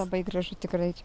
labai gražu tikrai čia